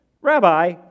Rabbi